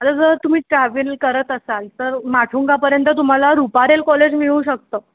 आता जर तुम्ही ट्रॅवल करत असाल तर माटुंगापर्यंत तुम्हाला रुपारेल कॉलेज मिळू शकतं